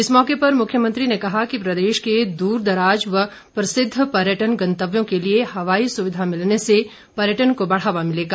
इस मौके पर मुख्यमंत्री ने कहा कि प्रदेश के दूरदराज व प्रसिद्ध पर्यटन गण्तव्यों के लिए हवाई सुविधा मिलने से पर्यटन को बढ़ावा मिलेगा